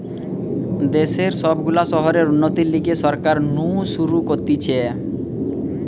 দেশের সব গুলা শহরের উন্নতির লিগে সরকার নু শুরু করতিছে